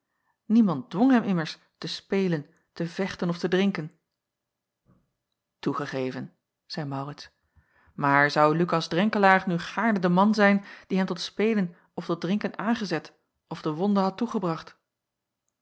dwong hem immers te spelen te vechten of te drinken toegegeven zeî maurits maar zou lukas drenkelaer nu gaarne de man zijn die hem tot spelen of tot drinken aangezet of de wonde had toegebracht